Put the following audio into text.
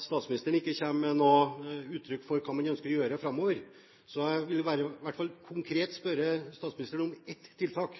statsministeren ikke gir uttrykk for hva man ønsker å gjøre framover, så jeg vil i hvert fall konkret spørre statsministeren om ett tiltak.